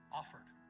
offered